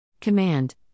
Command